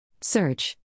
Search